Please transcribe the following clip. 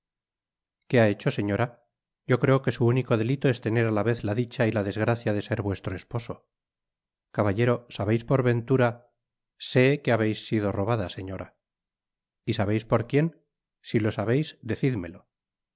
qué ha hecho señora yo creo que su único delito es tener á la vez la dicha y la desgracia de ser vuestro esposo caballero sabeis por ventura sé que habeis sido robada señora content from google book search generated at y sabeis por quién si lo sabeis decidmelo